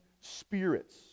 spirits